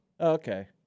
Okay